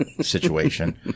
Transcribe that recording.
situation